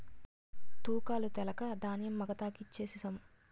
తూకాలు తెలక ధాన్యం మగతాకి ఇచ్ఛేససము